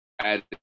add